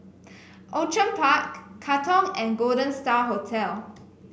Outram Park Katong and Golden Star Hotel